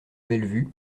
bellevue